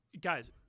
guys